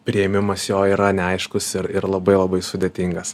priėmimas jo yra neaiškus ir ir labai labai sudėtingas